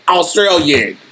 Australian